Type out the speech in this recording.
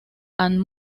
and